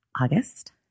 August